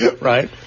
Right